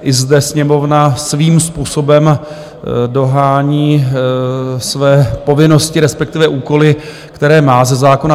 I zde Sněmovna svým způsobem dohání své povinnosti, respektive úkoly, které má ze zákona.